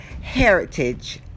heritage